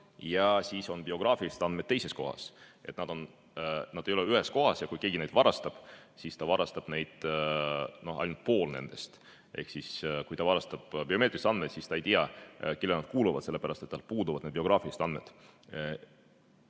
ja siis on biograafilised andmed teises kohas. Nad ei ole ühes kohas ja kui keegi varastab, siis ta varastab ainult poole nendest. Ehk siis, kui ta varastab biomeetrilisi andmeid, siis ta ei tea, kellele need kuuluvad, sellepärast et tal puuduvad biograafilised andmed.